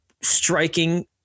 striking